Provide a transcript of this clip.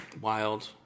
wild